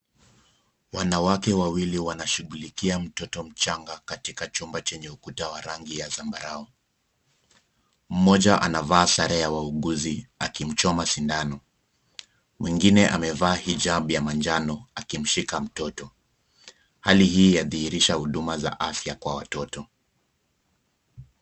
Wanawake wawili wanashughulikia mtoto mchanga katika chumba chenye ukuta wa rangi ya zambarau. Mmoja anavaa sare ya wauguzi akimchoma sindano. Mwingine amevaa hijab ya manjano akimshika mtoto. Hali hii yadhihirisha huduma za afya kwa watoto.